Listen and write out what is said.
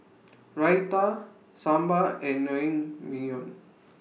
Raita Sambar and Naengmyeon